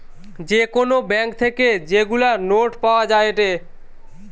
যে কোন ব্যাঙ্ক থেকে যেগুলা নোট পাওয়া যায়েটে